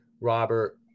Robert